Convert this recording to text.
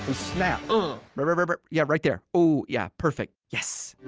snap oh remember yeah right there. oh yeah perfect yes